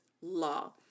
Law